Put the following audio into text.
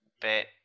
bet